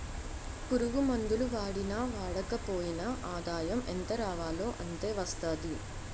పురుగుమందులు వాడినా వాడకపోయినా ఆదాయం ఎంతరావాలో అంతే వస్తాది